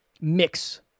mix